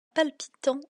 palpitant